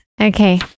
Okay